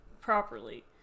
properly